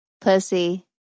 Pussy